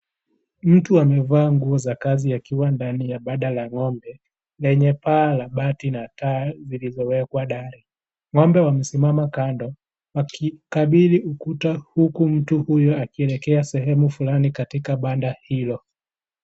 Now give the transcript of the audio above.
Mtu amevaa nguo za kazi, akiwa ndani ya banda la ng'ombe, lenye paa la bati na taa zilizowekwa ndani.Ng'ombe wamesimama kando, wakiikabili ukutu, huku mtu huyu akielekea sehemu fulani katika banda hilo.